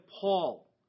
Paul